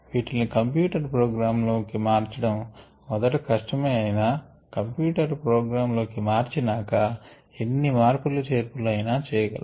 వీటిల్ని computer program లోకి మార్చడం మొదట కష్టమే అయినా కంప్యూటర్ ప్రోగ్రాం లోకి మార్చినాక ఎన్ని మార్పులు చేర్పులు అయినా చేయ గలము